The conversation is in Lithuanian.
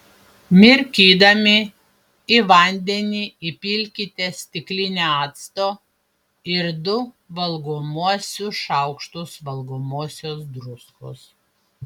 mirkydami į vandenį įpilkite stiklinę acto ir du valgomuosius šaukštus valgomosios druskos